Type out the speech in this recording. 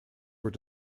were